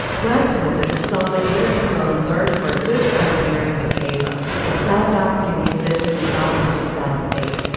west wind is a song that nina simone learned from our good friend miriam makeba. the south african musician who died in two thousand and eight.